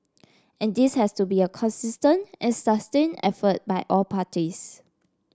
and this has to be a consistent and sustained effort by all parties